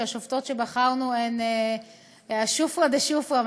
שהשופטות שבחרנו הן שופרא דשופרא,